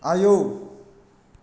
आयौ